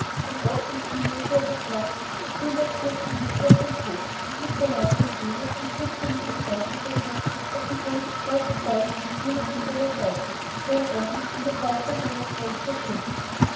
und oft und viel legte er das blatt nachdem er es durchgelesen auf den schoß und blickte lange in wehmut und trübselige gedanken versunken auf die hohen gespreizten beine des stuhles an seiner seite deren anblick ihn noch weicher und melancholischer stimmte